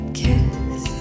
kiss